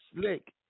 Slick